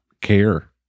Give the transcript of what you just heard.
care